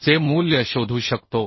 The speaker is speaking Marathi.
चे मूल्य शोधू शकतो